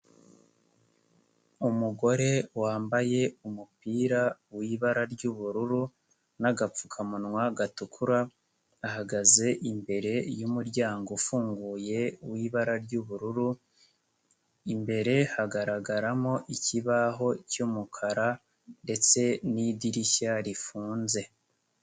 Umugore wambaye umupira w'ibara ry'ubururu n'agapfukamunwa gatukura, ahagaze imbere y'umuryango ufunguye wibara ry'ubururu, imbere hagaragaramo ikibaho cy'umukara ndetse n'idirishya rifunze.